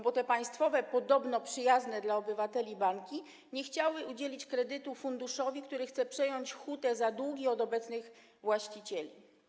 Bo te państwowe, podobno przyjazne dla obywateli banki nie chciały udzielić kredytu funduszowi, który chce przejąć hutę za długi od obecnych właścicieli.